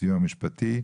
סיוע משפטי,